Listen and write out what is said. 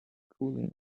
cooling